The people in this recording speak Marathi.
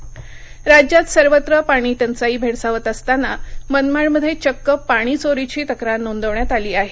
पाणी चोरी राज्यात सर्वत्र पाणी टंचाई भेडसावत असताना मनमाडमध्ये चक्क पाणी चोरीची तक्रार नोंदवण्यात आली आहे